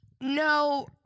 No